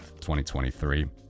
2023